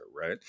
right